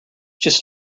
just